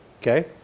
okay